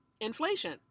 inflation